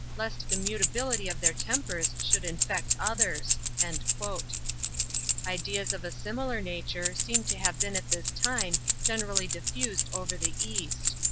lest the mutability of their tempers should infect others. and ideas of a similar nature seem to have been at this time, generally diffused over the east.